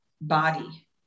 body